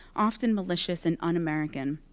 often malicious, and un-american.